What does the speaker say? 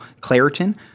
Claritin